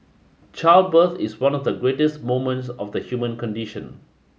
childbirth is one of the greatest moments of the human condition